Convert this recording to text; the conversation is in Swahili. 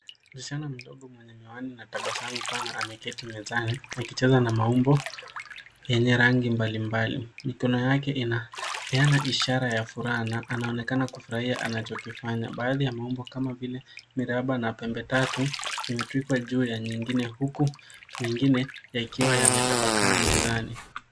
Msichana mdogo mwenye miwani na tabasamu pana ameketi mezani akicheza na maumbo yenye rangi mbalimbali. Mikono yake inapeana ishara ya furaha na anaonekana kufurahia anachokifanya. Baadhi ya mambo kama vile miraba na pembe tatu imetwikwa juu ya nyingine huku mengine yakiwa yametapakaa mezani.